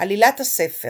עלילת הספר